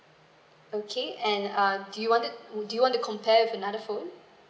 okay and err do you want t~ do you want to compare with another food